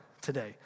today